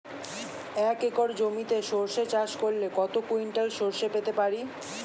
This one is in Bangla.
এক একর জমিতে সর্ষে চাষ করলে কত কুইন্টাল সরষে পেতে পারি?